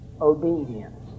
Obedience